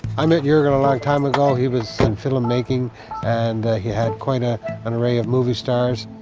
i met juergen a long time ago. he was in filmmaking and he had quite ah an array of movie stars.